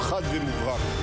האחרונים.